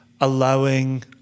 allowing